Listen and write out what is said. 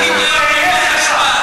תתבייש לך.